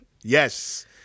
Yes